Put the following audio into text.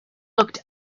looked